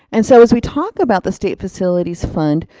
and so as we talk about the state facilities fund,